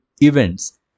events